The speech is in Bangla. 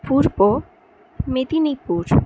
পূর্ব মেদিনীপুর